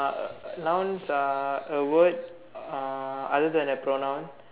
uh nouns are a word uh other than a pronoun